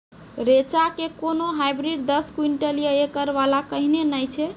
रेचा के कोनो हाइब्रिड दस क्विंटल या एकरऽ वाला कहिने नैय छै?